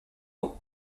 nom